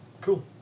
Cool